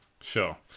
Sure